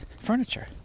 furniture